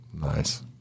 Nice